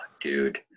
Dude